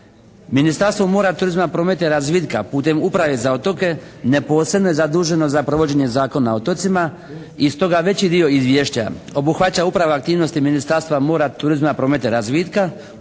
Ministarstvo mora, turizma, prometa i razvitka putem Uprave za otoke neposredno je zaduženo za provođenje Zakona o otocima i stoga veći dio Izvješća obuhvaća Uprava aktivnosti Ministarstva mora, turizma, prometa i razvitka